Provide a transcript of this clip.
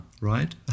right